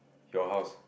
your house